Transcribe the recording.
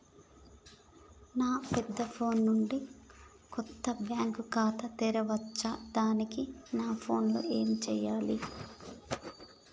నా పెద్ద ఫోన్ నుండి కొత్త బ్యాంక్ ఖాతా తెరవచ్చా? దానికి నా ఫోన్ లో ఏం చేయాలి?